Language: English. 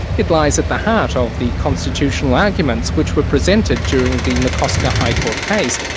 it lies at the heart of the constitutional arguments which were presented during the mccosker high court case.